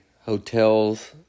hotels